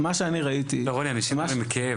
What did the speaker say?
רוני, אנשים מדברים מכאב.